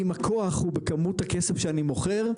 אם הכוח הוא בכמות הכסף שאני מוכר,